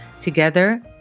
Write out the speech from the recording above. Together